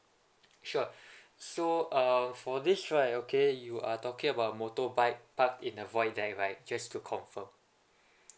sure so uh for this right okay you are talking about motorbike park in a void deck right just to confirm